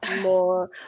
more